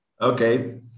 Okay